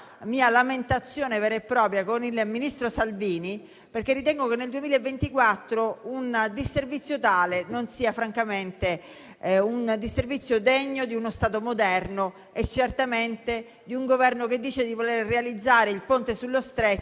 mia lamentazione vera e propria con il ministro Salvini, perché ritengo che nel 2024 un disservizio tale non sia francamente degno di uno Stato moderno e certamente non di un Governo che dice di voler realizzare il Ponte sullo Stretto,